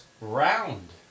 round